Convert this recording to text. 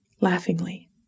laughingly